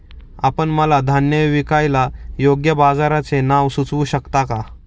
आपण मला धान्य विकायला योग्य बाजाराचे नाव सुचवू शकता का?